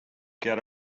get